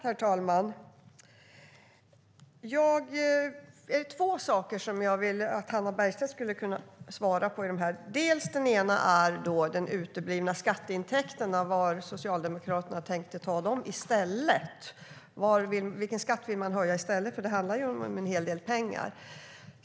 Herr talman! Det är två frågor som jag vill att Hannah Bergstedt ska svara på. Den första gäller de uteblivna skatteintäkterna: Var tänker Socialdemokraterna ta dem? Vilken skatt vill man höja i stället? Det handlar ju om en hel del pengar.